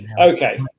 okay